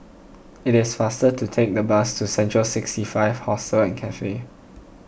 it is faster to take the bus to Central sixty five Hostel and Cafe